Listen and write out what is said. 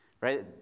right